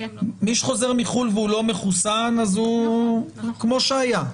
מי שחוזר מחו"ל והוא מחוסן אז הוא כמו שהיה.